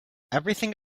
everything